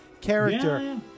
Character